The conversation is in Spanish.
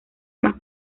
más